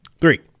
Three